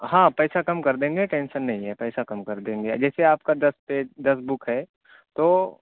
ہاں پیسہ کم کر دیں گے ٹینشن نہیں ہے پیسہ کم کر دیں گے جیسے آپ کا دس پیج دس بک ہے تو